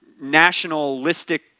nationalistic